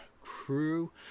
crew